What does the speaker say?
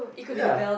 ya